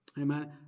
Amen